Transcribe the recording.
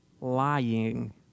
lying